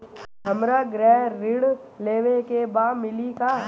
हमरा गृह ऋण लेवे के बा मिली का?